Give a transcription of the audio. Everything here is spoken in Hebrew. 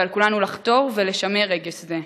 ועל כולנו לחתור ולשמר רגש זה.